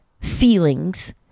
feelings